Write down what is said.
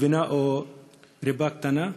גבינה או ריבה קטנה.